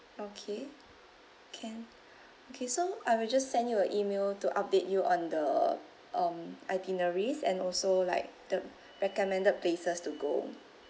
okay can okay so I will just send you a email to update you on the um itineraries and also like the recommended places to go